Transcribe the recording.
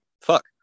fuck